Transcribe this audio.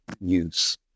use